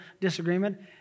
disagreement